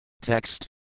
Text